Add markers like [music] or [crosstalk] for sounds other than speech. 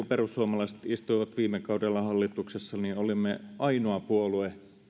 [unintelligible] perussuomalaiset vielä istuivat viime kaudella hallituksessa niin olimme ainoa puolue